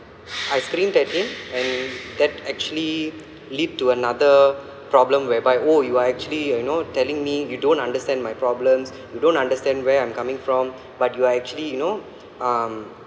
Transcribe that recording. I screamed at him and that actually leaped to another problem whereby oh you are actually you know telling me you don't understand my problems you don't understand where I'm coming from but you actually you know um